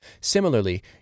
Similarly